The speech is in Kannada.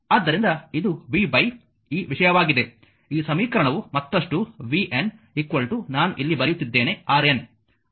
ಆದ್ದರಿಂದ ಇದು v ಈ ವಿಷಯವಾಗಿದೆ ಈ ಸಮೀಕರಣವು ಮತ್ತಷ್ಟು vn ನಾನು ಇಲ್ಲಿ ಬರೆಯುತ್ತಿದ್ದೇನೆ RN